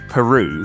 Peru